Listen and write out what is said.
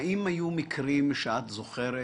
האם היו מקרים שאת זוכרת